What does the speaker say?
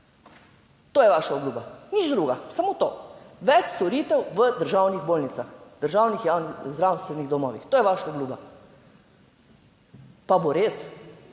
To je vaša obljuba in nič drugega, samo to, več storitev v državnih bolnicah, državnih javnih zdravstvenih domovih, to je vaša obljuba. Pa bo res?